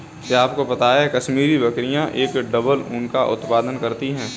क्या आपको पता है कश्मीरी बकरियां एक डबल ऊन का उत्पादन करती हैं?